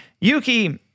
Yuki